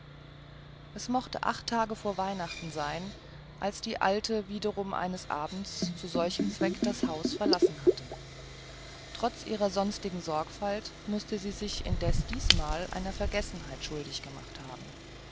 es mochte acht tage vor weihnachten sein als die alte wiederum eines abends zu solchem zwecke das haus verlassen hatte trotz ihrer sonstigen sorgfalt mußte sie sich indessen diesmal einer vergessenheit schuldig gemacht haben